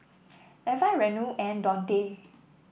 Eva Reno and Dontae